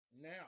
Now